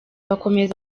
bakomeza